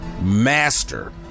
master